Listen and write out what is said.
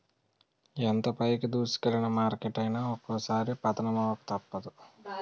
ఎంత పైకి దూసుకెల్లిన మార్కెట్ అయినా ఒక్కోసారి పతనమవక తప్పదు